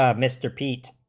ah mr. peak